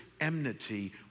enmity